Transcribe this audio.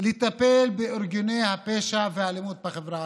לטפל בארגוני הפשע והאלימות בחברה הערבית.